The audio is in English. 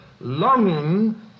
longing